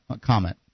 comment